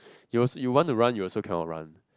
you want to run you also cannot run